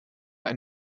ein